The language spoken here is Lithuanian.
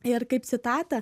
ir kaip citatą